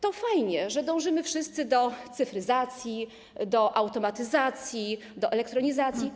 To fajnie, że dążymy wszyscy do cyfryzacji, do automatyzacji, do elektronizacji.